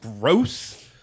gross